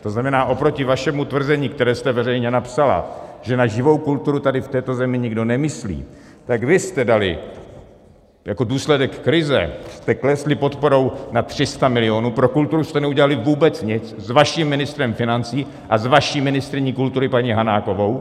To znamená, oproti vašemu tvrzení, které jste veřejně napsala, že na živou kulturu tady v této zemi nikdo nemyslí, tak vy jste dali jako důsledek krize jste klesli podporou na 300 milionů, pro kulturu jste neudělali vůbec nic s vaším ministrem financí a s vaší ministryní kultury paní Hanákovou.